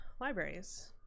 libraries